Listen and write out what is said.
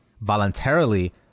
voluntarily